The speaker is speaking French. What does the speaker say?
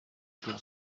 pour